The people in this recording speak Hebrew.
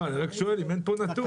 אני רק שואל אם אין פה נתון.